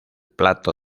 plato